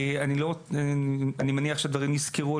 אני לא רוצה לחזור על הדברים שנסקרו פה,